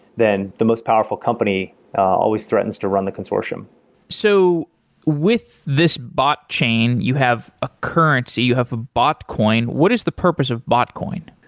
then the most powerful company always threatens to run the consortium so with this botchain, you have a currency, you have a botcoin. what is the purpose of botcoin?